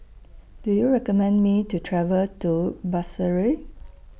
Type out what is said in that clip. Do YOU recommend Me to travel to Basseterre